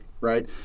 right